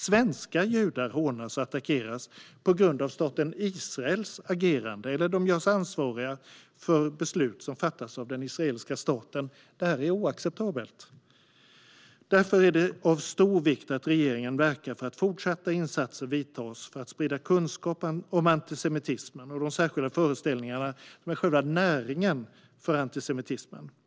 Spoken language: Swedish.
Svenska judar hånas och attackeras på grund av staten Israels agerande eller görs ansvariga för beslut som fattas av den israeliska staten. Detta är oacceptabelt. Det är därför av stor vikt att regeringen verkar för att fortsatta insatser görs för att sprida kunskap om antisemitismen och de särskilda föreställningar som är själva näringen för antisemitismen.